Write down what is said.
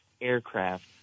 aircraft